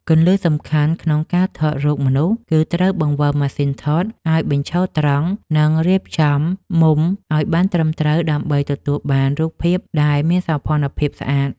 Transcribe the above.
គន្លឹះសំខាន់ក្នុងការថតរូបមនុស្សគឺត្រូវបង្វិលម៉ាស៊ីនថតឱ្យបញ្ឈរត្រង់ និង រៀបចំមុំឱ្យបានត្រឹមត្រូវដើម្បីទទួលបានរូបភាពដែលមានសោភ័ណភាពស្អាត។